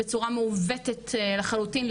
בצורה מעוותת לחלוטין,